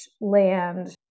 land